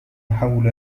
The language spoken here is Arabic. حول